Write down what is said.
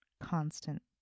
constant